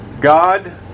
God